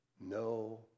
no